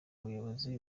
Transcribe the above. ubuyobozi